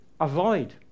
avoid